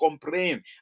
complain